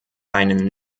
einen